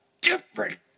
different